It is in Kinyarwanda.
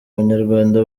abanyarwanda